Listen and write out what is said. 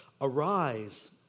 Arise